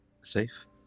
safe